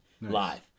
live